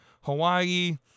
Hawaii